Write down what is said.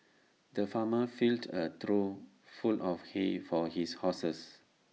the farmer filled A trough full of hay for his horses